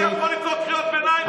אני יכול לקרוא קריאות ביניים פה.